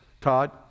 Todd